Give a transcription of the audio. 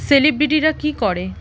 সেলিব্রিটিরা কী করে